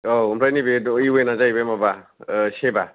औ आमफ्राय नैबे द' इउएनआ जाहैबाय माबा ओह सेबा